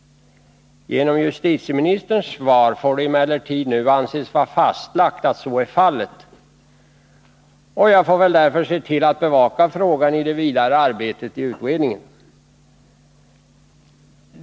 Genom justitieministerns svar får det emellertid nu anses vara fastlagt att så är fallet. Jag får väl därför se till att bevaka frågan i det vidare arbetet i utredningen.